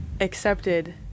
accepted